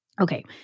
Okay